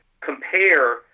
compare